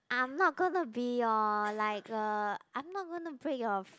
I am not gonna be your like a I am not gonna break your